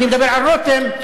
אני מדבר על רותם,